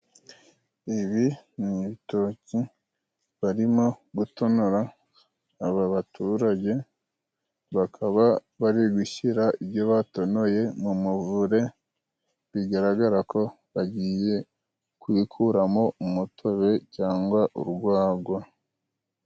Ibi ni ibitoki barimo gutonora, aba baturage bakaba bari gushyira ibyo batonoye mu muvure, bigaragara ko bagiye kubikuramo umutobe cyangwa urwagwa.